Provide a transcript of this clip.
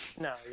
No